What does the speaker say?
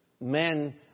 men